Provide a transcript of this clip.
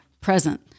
Present